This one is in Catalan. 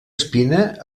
espina